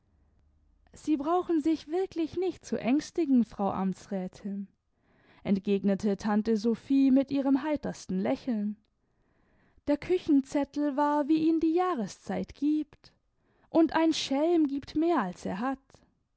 sie brauchen sich wirklich nicht zu ängstigen frau amtsrätin entgegnete tante sophie mit ihrem heitersten lächeln der küchenzettel war wie ihn die jahreszeit gibt und ein schelm gibt mehr als er hat